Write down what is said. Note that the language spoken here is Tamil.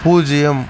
பூஜ்ஜியம்